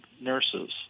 nurses